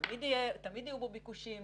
תמיד יהיו בו ביקושים,